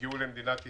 הגיעו למדינת ישראל.